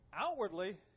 Outwardly